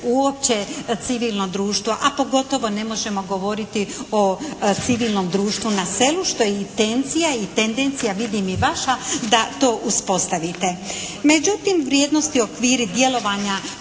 uopće civilno društvo, a pogotovo ne možemo govoriti o civilnom društvu na selu, što je intencija i tendencija vidim i vaša da to uspostavite. Međutim, vrijednosti okviri djelovanja